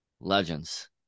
legends